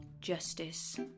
justice